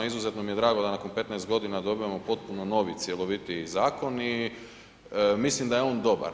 Izuzetno mi je drago da nakon 15 godina dobivamo potpuno novi cjelovitiji zakon i mislim da je on dobar.